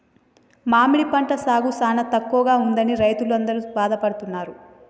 మామిడి పంట సాగు సానా తక్కువగా ఉన్నదని రైతులందరూ బాధపడుతున్నారు